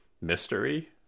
mystery